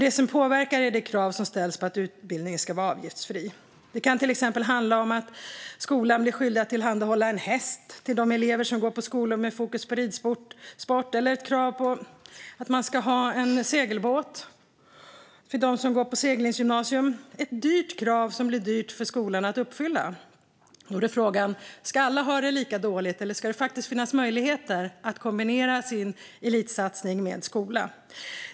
Det som påverkar är det krav som ställs på att utbildningen ska vara avgiftsfri. Det kan till exempel gälla att skolan blir skyldig att tillhandahålla en häst till de elever som går på skolor med fokus på ridsport eller ett krav på att man ska ha en segelbåt för dem som går på seglingsgymnasium. Det är ett dyrt krav som blir dyrt för skolan att uppfylla. Frågan är: Ska alla ha det lika dåligt, eller ska det finnas möjligheter att kombinera sin elitsatsning med skola?